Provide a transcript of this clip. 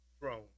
throne